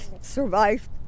survived